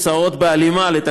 תודה רבה, חבר הכנסת מקלב.